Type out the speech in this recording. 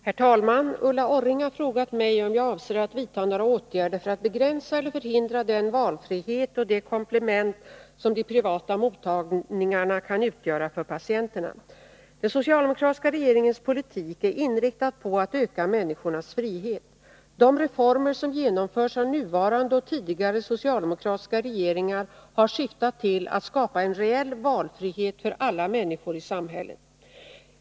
Herr talman! Ulla Orring har frågat om jag avser att vidta några åtgärder för att begränsa eller förhindra den valfrihet och det komplement som de privata mottagningarna kan utgöra för patienterna. Den socialdemokratiska regeringens politik är inriktad på att öka människors frihet. De reformer som genomförts av nuvarande och tidigare socialdemokratiska regeringar har syftat till att skapa en reell valfrihet för alla människor i samhället.